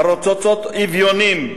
הרוצצות אביונים,